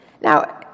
Now